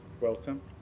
welcome